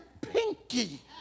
pinky